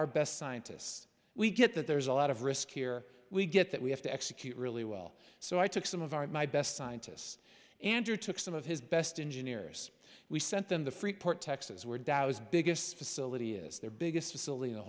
our best scientists we get that there's a lot of risk here we get that we have to execute really well so i took some of our my best scientists andrew took some of his best engine errors we sent them the freeport texas were dows biggest facility is their biggest